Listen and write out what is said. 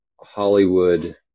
hollywood